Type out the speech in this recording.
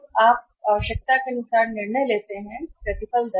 अब आप आवश्यकता के अनुसार कैसे निर्णय लेते हैं प्रतिफल दर